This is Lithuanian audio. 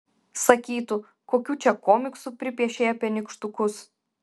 sakytų kokių čia komiksų pripiešei apie nykštukus